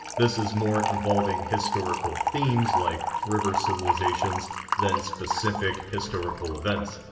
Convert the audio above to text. this is more involving historical themes like rivers civilizations than specific historical events.